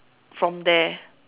from there